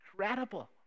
incredible